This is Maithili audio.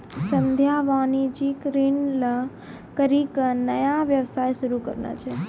संध्या वाणिज्यिक ऋण लै करि के नया व्यवसाय शुरू करने रहै